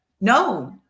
no